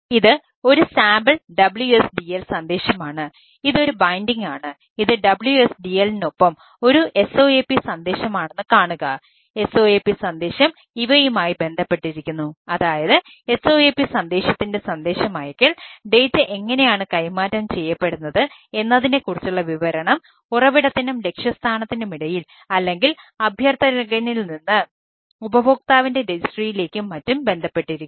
ഇത് ഒരു sample WSDL സന്ദേശമാണ് ഇത് ഒരു ബൈൻഡിംഗ് മറ്റും ബന്ധപ്പെട്ടിരിക്കുന്നു